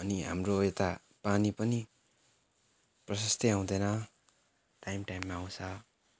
अनि हाम्रो यता पानी पनि प्रशस्तै आउँदैन टाइम टाइममा आउँछ